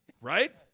Right